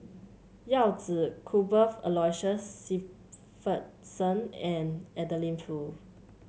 Yao Zi Cuthbert Aloysius Shepherdson and Adeline Foo